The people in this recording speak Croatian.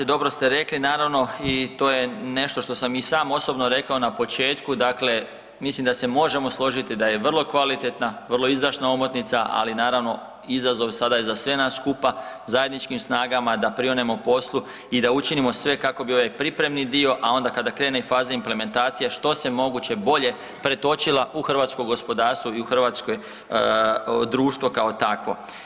Dobro ste rekli, naravno i to je nešto što sam i sam osobno rekao na početku, dakle, mislim da se možemo složiti da je vrlo kvalitetna, vrlo izdašna omotnica, ali naravno, izazov sada je za sve nas skupa zajedničkim snagama da prionemo poslu i da učinimo sve kako bi ovaj pripremni dio, a onda kada krene i faza implementacije, što se moguće bolje pretočila u hrvatsko gospodarstvo i u hrvatsko društvo kao takvo.